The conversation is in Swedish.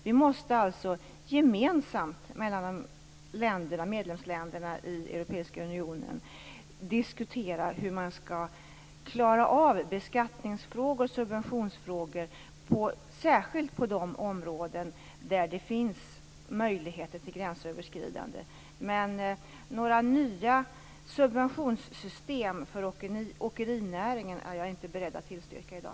Vi måste gemensamt mellan medlemsländerna i Europeiska unionen diskutera hur vi skall klara av beskattningsfrågor och subventionsfrågor - särskilt på de områden där det finns möjligheter till gränsöverskridande. Några nya subventionssystem för åkerinäringen är jag inte beredd att tillstyrka i dag.